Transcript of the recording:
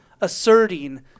asserting